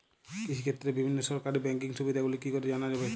কৃষিক্ষেত্রে বিভিন্ন সরকারি ব্যকিং সুবিধাগুলি কি করে জানা যাবে?